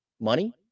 money